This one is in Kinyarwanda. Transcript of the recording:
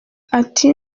ati